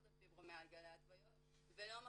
את הפיברומיאלגיה להתוויות ולא מכניסים.